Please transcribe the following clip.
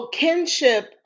kinship